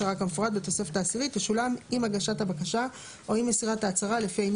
התוספת השביעית א' - תקנות לפי חוק רישוי